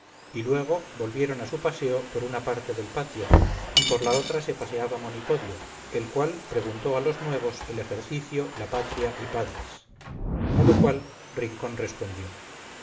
y luego volvieron a su paseo por una parte del patio y por la otra se paseaba monipodio el cual preguntó a los nuevos el ejercicio la patria y padres a lo cual rincón respondió